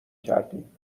کردیم